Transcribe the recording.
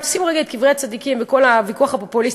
אם תשימו רגע את כל קברי הצדיקים וכל הוויכוח הפופוליסטי,